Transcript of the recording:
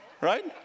right